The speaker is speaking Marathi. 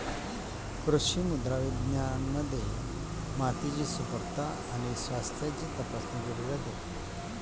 कृषी मृदा विज्ञानामध्ये मातीची सुपीकता आणि स्वास्थ्याची तपासणी केली जाते